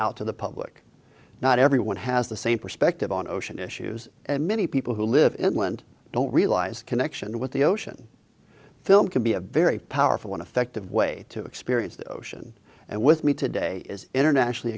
out to the public not everyone has the same perspective on ocean issues and many people who live it went don't realize the connection with the ocean film can be a very powerful one affective way to experience the ocean and with me today is internationally